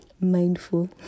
mindful